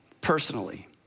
personally